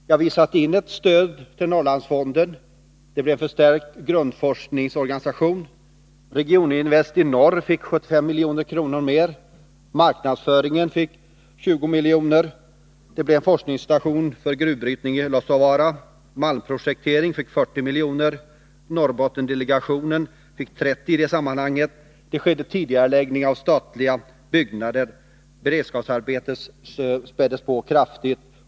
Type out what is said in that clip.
Jo, vi satte in ett stöd till Norrlandsfonden och förstärkte grundforskningsorganisationen. Regioninvest i Norr fick 75 milj.kr. mer. Marknadsföringen fick 20 milj.kr. Det blev en forskningsstation för gruvbrytning i Luossavaara. Malmprojekteringen fick 40 milj.kr., och i det sammanhanget fick Norrbottendelegationen 30 milj.kr. Statliga byggen tidigarelades, och beredskapsarbetena späddes på kraftigt.